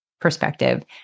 perspective